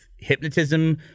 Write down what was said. hypnotism